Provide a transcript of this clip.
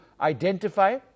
identify